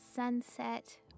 Sunset